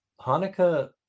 Hanukkah